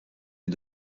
est